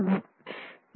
यह सवाल है